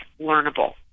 learnable